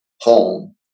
home